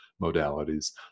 modalities